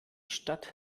stadt